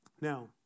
Now